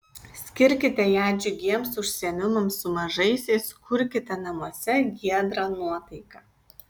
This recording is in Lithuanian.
skirkite ją džiugiems užsiėmimams su mažaisiais kurkite namuose giedrą nuotaiką